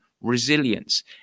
resilience